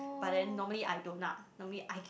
but then normally I don't ah normally I